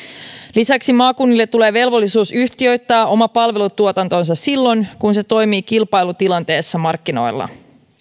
lisäksi maakunnille tulee velvollisuus yhtiöittää oma palvelutuotantonsa silloin kun se toimii kilpailutilanteessa markkinoilla